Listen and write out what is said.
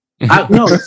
No